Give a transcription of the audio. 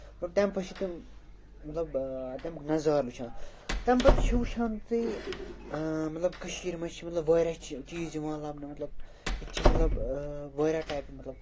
گوٚو تَمہِ پَتہٕ چھِ تِم مطلب تَمیُک نَظارٕ وٕچھان تَمہِ پَتہٕ چھُ وٕچھان تُہۍ مطلب کٔشیٖرِ منٛز چھِ مطلب واریاہ چھِ چیٖز یِوان لبنہٕ مطلب ییٚتہِ چھِ مطلب واریاہ ٹایپہٕ مطلب